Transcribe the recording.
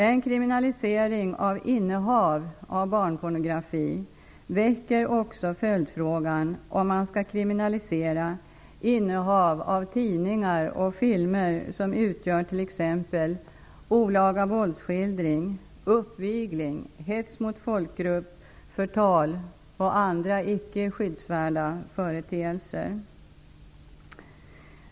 En kriminalisering av innehav av barnpornografi väcker också följdfrågan om man skall kriminalisera innehav av tidningar och filmer som utgör t.ex. olaga våldsskildring, uppvigling, hets mot folkgrupp, förtal och andra icke skyddsvärda företeelser.